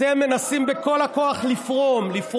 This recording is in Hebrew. אתם מנסים בכל הכוח לפרום, לפרום.